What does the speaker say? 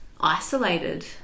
isolated